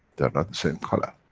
they're not the same color.